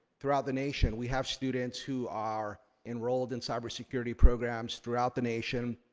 throughout the nation we have students who are enrolled in cyber security programs throughout the nation.